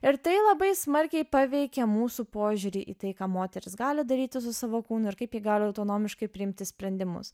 ir tai labai smarkiai paveikė mūsų požiūrį į tai ką moteris gali daryti su savo kūnu ir kaip ji gali autonomiškai priimti sprendimus